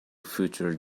future